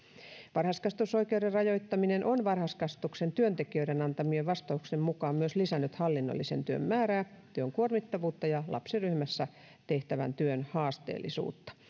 varhaiskasvatusoikeuden rajoittaminen on varhaiskasvatuksen työntekijöiden antamien vastausten mukaan myös lisännyt hallinnollisen työn määrää työn kuormittavuutta ja lapsiryhmässä tehtävän työn haasteellisuutta